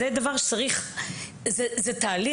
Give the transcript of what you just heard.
זהו תהליך,